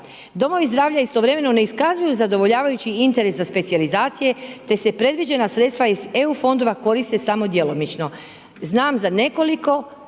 Domovi zdravlja istovremeno ne iskazuju zadovoljavajući interes za specijalizacije te se predviđena sredstva iz EU fondova koriste samo djelomično. Znam za nekoliko